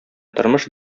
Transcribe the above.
тормыш